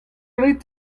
rit